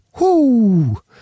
whoo